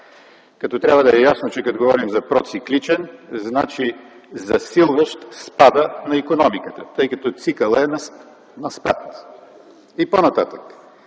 като трябва да е ясно, че като говорим за „процикличен”, значи „засилващ спада” на икономиката, тъй като цикълът е на спад. И по-нататък: